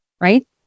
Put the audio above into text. right